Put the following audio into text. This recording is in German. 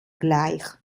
gleich